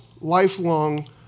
lifelong